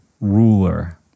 ruler